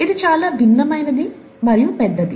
ఇది చాలా భిన్నమైనది మరియు పెద్దది